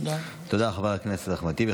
תודה, חבר הכנסת אחמד טיבי.